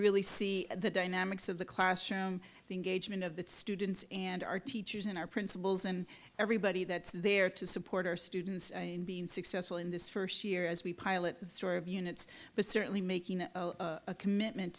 really see the dynamics of the classroom gaijin of the students and our teachers and our principals and everybody that's there to support our students and being successful in this first year as we pilot story of units but certainly making a commitment